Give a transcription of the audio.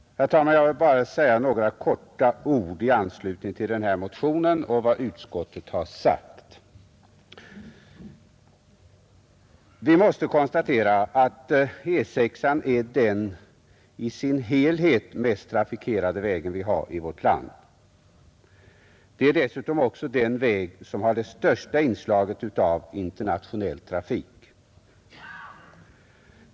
Herr talman! Jag vill bara säga några få ord i anslutning till den här motionen och vad utskottet har anfört. Låt mig först konstatera att E 6 är den i sin helhet mest trafikerade väg som finns i vårt land. Den är dessutom den väg som har det största inslaget av internationell trafik.